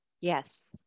yes